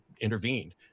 intervened